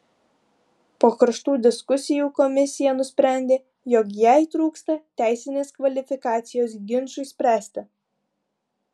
po karštų diskusijų komisija nusprendė jog jai trūksta teisinės kvalifikacijos ginčui spręsti